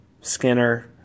Skinner